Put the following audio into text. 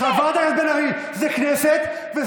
חברת הכנסת לזימי, לשבת במקום, בבקשה.